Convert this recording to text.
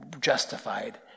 justified